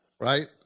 right